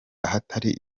ahatari